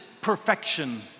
perfection